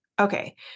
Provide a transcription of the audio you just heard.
Okay